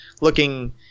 looking